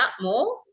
more